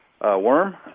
worm